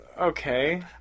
Okay